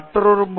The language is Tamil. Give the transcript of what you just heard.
எஸ் அல்லது பி